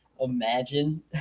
Imagine